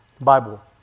Bible